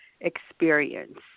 experience